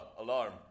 alarm